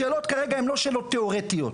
השאלות כרגע הן לא שאלות תיאורטיות,